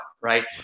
right